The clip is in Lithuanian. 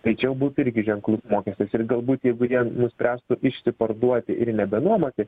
tai čia jau būtų irgi ženklus mokestis ir galbūt jeigu jie nuspręstų išsiparduoti ir nebenuomoti